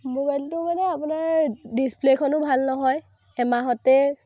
মবাইলটো মানে আপোনাৰ ডিছপ্লেখনো ভাল নহয় এমাহতে